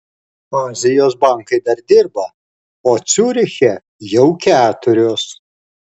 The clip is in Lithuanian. azijos bankai dar dirba o ciuriche jau keturios